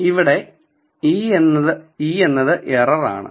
ഇവിടെ ε എറർ ആണ്